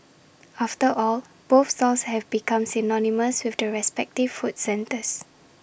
after all both stalls have become synonymous with the respective food centres